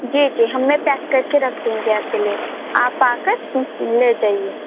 जी जी हाँ मैं पैक कर कर रख दूँगी आपके लिए आप आ कर ले जाइए